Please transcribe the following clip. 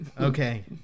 Okay